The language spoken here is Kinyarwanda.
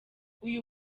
uyu